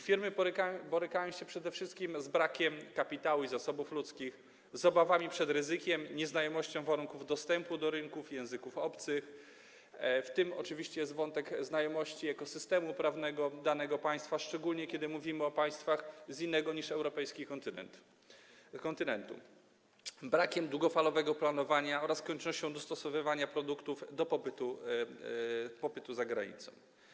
Firmy borykają się przede wszystkim z brakiem kapitału i zasobów ludzkich, obawami przed ryzykiem, nieznajomością warunków dostępu do rynków i języków obcych - w tym oczywiście jest wątek znajomości ekosystemu prawnego danego państwa, szczególnie kiedy mówimy o państwach z innego niż europejski kontynentu - brakiem długofalowego planowania oraz koniecznością dostosowywania produktów do popytu za granicą.